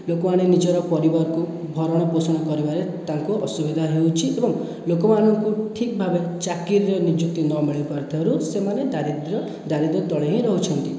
ଲୋକମାନେ ନିଜର ପରିବାରକୁ ଭରଣ ପୋଷଣ କରିବାରେ ତାଙ୍କୁ ଅସୁବିଧା ହେଉଛି ଏବଂ ଲୋକମାନଙ୍କୁ ଠିକ୍ ଭାବେ ଚାକିରିରେ ନିଯୁକ୍ତି ନ ମିଳି ପାରୁଥିବାରୁ ସେମାନେ ଦାରିଦ୍ର୍ୟ ଦାରିଦ୍ର୍ୟ ତଳେ ହିଁ ରହୁଛନ୍ତି